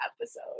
episode